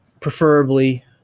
preferably